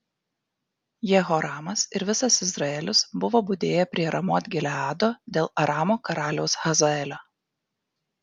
jehoramas ir visas izraelis buvo budėję prie ramot gileado dėl aramo karaliaus hazaelio